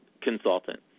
consultant